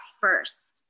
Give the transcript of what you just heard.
first